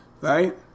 Right